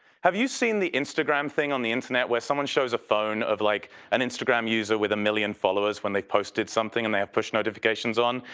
have you seen the instagram thing on the internet where someone shows a phone of like an instagram user with a million followers when they posted something and they have push notifications on.